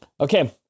Okay